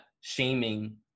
shaming